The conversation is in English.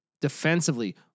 defensively